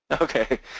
Okay